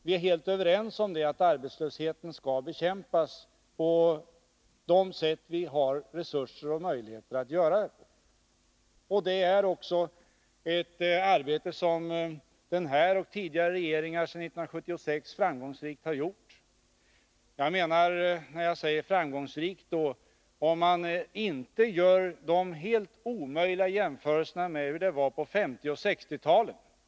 Vi är helt överens om att arbetslösheten skall bekämpas på de sätt och med de resurser som vi har möjligheter att göra det. Det är ett arbete som den nuvarande och tidigare regeringar sedan 1976 framgångsrikt har ägnat sig åt. När jag säger framgångsrikt, menar jag om man inte gör de helt omöjliga jämförelserna med hur det var på 1950 och 1960-talen.